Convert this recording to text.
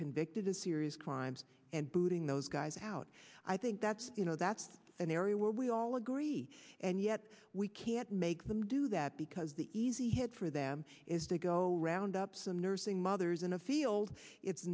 convicted of serious crimes and booting those guys out i think that's you know that's an area where we all agree and yet we can't make them do that because the easy hit for them is they go round up some nursing mothers in a field it's